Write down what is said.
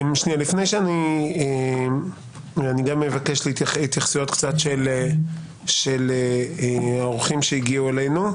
לפני שאני אבקש התייחסויות של האורחים שהגיעו אלינו,